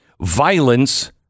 Violence